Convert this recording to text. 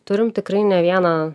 turim tikrai ne vieną